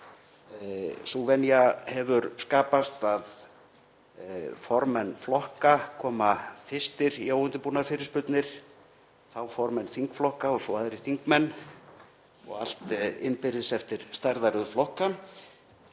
Sú venja hefur skapast að formenn flokka koma fyrstir í óundirbúnar fyrirspurnir, þá formenn þingflokka og svo aðrir þingmenn og allt innbyrðis eftir stærðarröð flokka.